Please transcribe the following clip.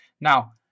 Now